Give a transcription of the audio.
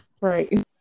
Right